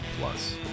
Plus